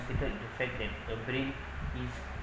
didn't affect that a brain is